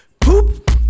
Poop